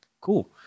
Cool